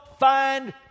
Find